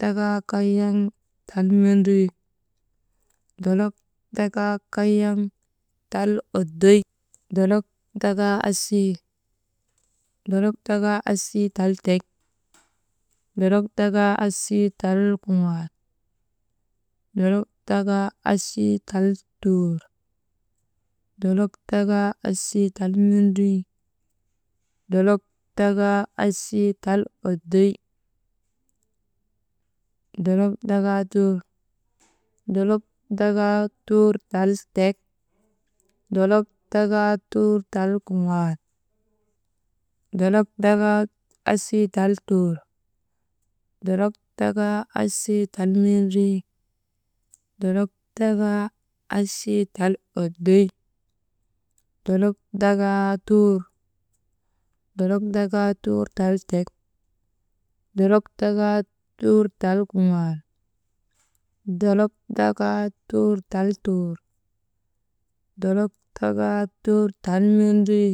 Dakaa kayaŋ tal mendrii, dolok dakaa kayaŋ tal oddoy, dolok dakaa asii, dolok dakaa asii tal tek, dolok dakaa asii tal kuŋaal, dolok dakaa asii tal tuur, dolok dakaa asii tal mendrii, dolok dakaa asii tal oddoy, dolok dakaa tuur, dolok dakaa tuur tal tek, dolok dakaa tuur tal kuŋaal, dolok dakaa asii tal tuur, dolok dakaa asii tal mendrii, dolok dakaa asii tal oddoy, dolok dakaa tuur, dolok dakaa tuur tal tek, dolok dakaa tuur tal kuŋaal, dolok dakaa tuur tal tuur, dolok dakaa tuur tal mendrii,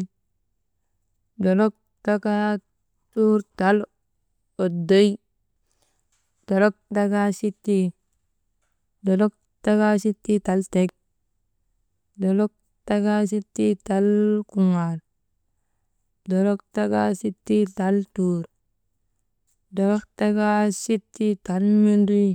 dolok dakaa tuur tal oddoy, dolok dakaa sittii, dolok dakaa sittii tal tek, dolok dakaa sittii tal kuŋaal, dolok dakaa sittii tal tuur, dolok dakaa sittii tal mendrii.